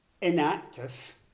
inactive